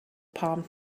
palm